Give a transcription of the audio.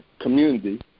community